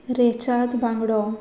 रेशाद बांगडो